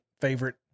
favorite